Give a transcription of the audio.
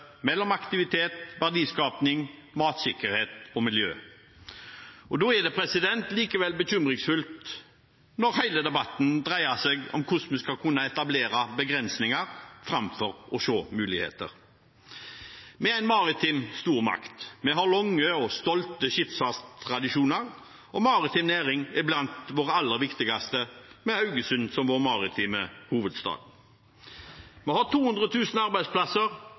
mellom aktivitet, verdiskaping, matsikkerhet og miljø. Da er det bekymringsfullt når hele debatten dreier seg om hvordan vi skal kunne etablere begrensninger framfor å se muligheter. Vi er en maritim stormakt, vi har lange og stolte skipsfartstradisjoner, og maritim næring er blant våre aller viktigste, med Haugesund som vår maritime hovedstad. Det er 200 000 arbeidsplasser